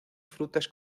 frutas